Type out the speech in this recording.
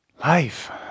Life